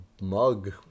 mug